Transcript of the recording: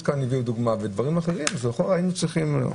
ודברים אחרים אז היינו צריכים...